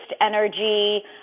energy